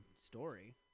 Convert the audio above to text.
story